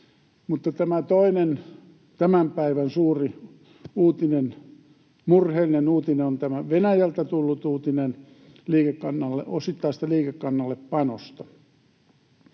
Mutta tämä toinen tämän päivän suuri uutinen, murheellinen uutinen, on tämä Venäjältä tullut uutinen osittaisesta liikekannallepanosta.